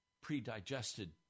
pre-digested